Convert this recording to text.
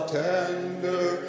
tender